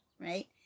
right